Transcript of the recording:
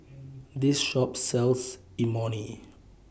This Shop sells Imoni